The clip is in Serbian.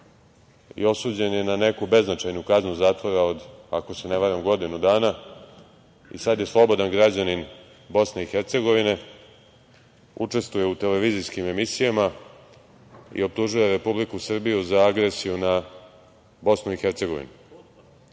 i osuđen je na neku beznačajnu kaznu zatvora od, ako se ne varam, godinu dana i sada je slobodan građanin Bosne i Hercegovine, učestvuje u televizijskim emisijama i optužuje Republiku Srbiju za agresiju na Bosnu i Hercegovinu. Ono